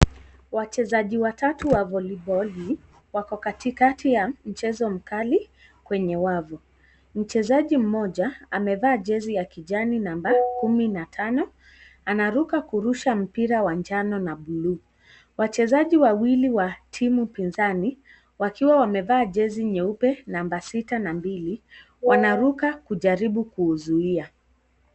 Wachezaji watatu wa voliboli, wako katikati ya mchezo mkali kwenye wavu, mchezaji mmoja amevaa jezi ya kijani namba kumi na tano, anaruka kurusha mpira wa njano na blue , wachezaji wawili wa timu pinzani wakiwa wamevaa jezi nyeupe namba sita na mbili, wanaruka kujaribu kuuzuia.